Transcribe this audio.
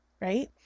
right